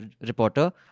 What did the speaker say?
reporter